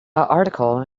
article